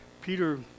Peter